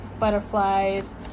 butterflies